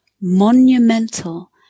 monumental